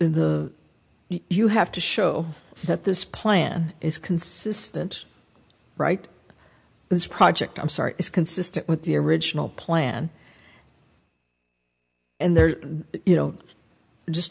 in the you have to show that this plan is consistent right this project i'm sorry it's consistent with the original plan and there you know just